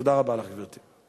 תודה רבה לך, גברתי.